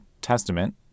Testament